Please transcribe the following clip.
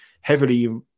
heavily